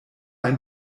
ein